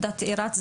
'דתאירת',